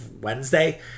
Wednesday